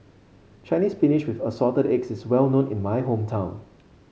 Chinese Spinach with Assorted Eggs is well known in my hometown